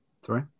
Sorry